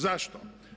Zašto?